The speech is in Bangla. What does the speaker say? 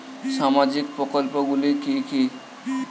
সামাজিক প্রকল্পগুলি কি কি?